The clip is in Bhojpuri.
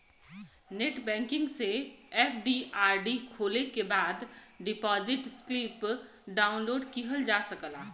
नेटबैंकिंग से एफ.डी.आर.डी खोले के बाद डिपाजिट स्लिप डाउनलोड किहल जा सकला